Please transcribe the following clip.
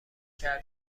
رزرو